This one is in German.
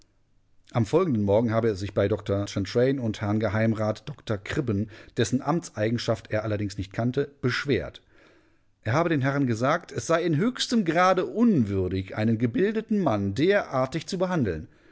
am folgenden morgen habe er sich bei herrn dr chantraine und herrn geh rat dr kribben dessen amtseigenschaft er allerdings nicht kannte beschwert er habe den herren gesagt es sei in höchstem grade unwürdig einen gebildeten mann derartig zu behandeln